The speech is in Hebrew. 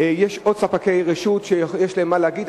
יש עוד ספקי רשות שיש להם מה להגיד.